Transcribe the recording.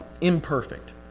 imperfect